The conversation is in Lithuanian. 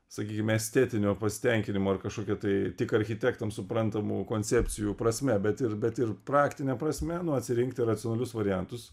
sakykim estetinio pasitenkinimo ar kažkokio tai tik architektam suprantamų koncepcijų prasme bet ir bet ir praktine prasme nu atsirinkti racionalius variantus